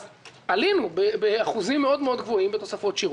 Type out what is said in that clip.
אז עלינו באחוזים מאוד-מאוד גבוהים בתוספות שירות.